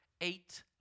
eight